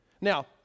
Now